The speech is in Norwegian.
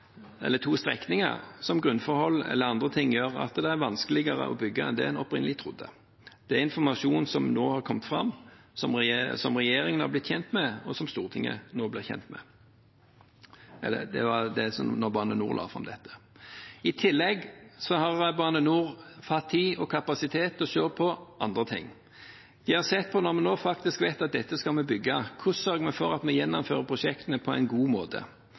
eller to strekninger – der grunnforhold eller annet gjør at det er vanskeligere å bygge enn det man opprinnelig trodde. Det er informasjon som regjeringen ble kjent med da Bane NOR la fram dette – og som Stortinget nå blir kjent med. I tillegg har Bane NOR hatt tid og kapasitet til å se på andre ting, som f.eks.: Når vi nå faktisk vet at vi skal bygge dette, hvordan sørger vi for å gjennomføre prosjektene på en god måte?